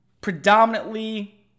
Predominantly